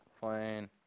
plane